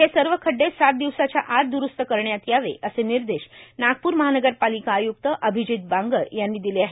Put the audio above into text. हे सर्व खड्डे सात दिवसाच्या आत द्रूस्त करण्यात यावे असे निर्देश नागपूर महानगरपालिका आय्क्त अभिजीत बांगर यांनी दिले आहेत